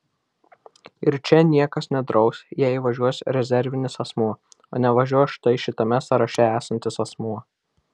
ir čia niekas nedraus jei važiuos rezervinis asmuo o nevažiuos štai šitame sąraše esantis asmuo